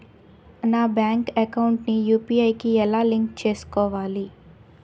నా bank account ని UPI కి ఎలా లింక్ చేసుకోవాలి?